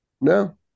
No